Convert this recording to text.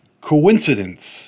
Coincidence